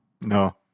no